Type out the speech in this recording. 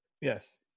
Yes